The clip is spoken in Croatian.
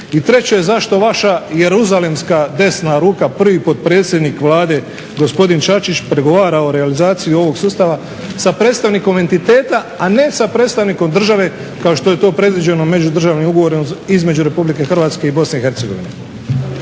I treće, zašto vaša jeruzalemska desna ruka prvi potpredsjednik Vlade gospodin Čačić pregovara o realizaciji ovog sustava sa predstavnikom entiteta, a ne sa predstavnikom države kao što je to predviđeno međudržavnim ugovorima između Republike Hrvatske i Bosne